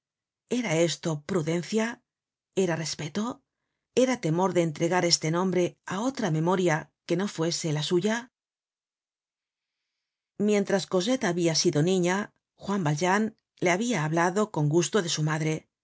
era esto prudencia era respeto era temor de entregar este nombre á otra memoria que no fuese la suya mientras cosette habia sido niña juan valjean le habia hablado con gusto de su madre